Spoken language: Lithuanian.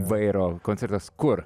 vairo koncertas kur